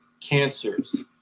cancers